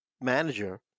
manager